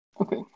Okay